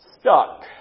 Stuck